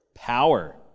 Power